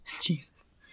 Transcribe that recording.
Jesus